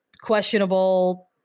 questionable